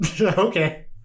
Okay